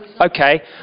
Okay